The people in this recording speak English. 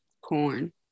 Corn